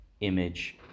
image